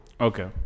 Okay